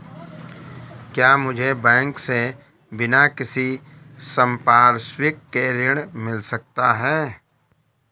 क्या मुझे बैंक से बिना किसी संपार्श्विक के ऋण मिल सकता है?